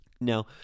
Now